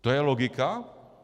To je logika?